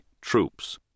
troops